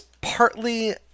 partly